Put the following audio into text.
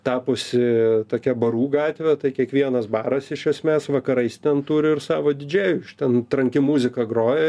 tapusi tokia barų gatve tai kiekvienas baras iš esmės vakarais ten turi ir savo didžėjų ten tranki muzika groja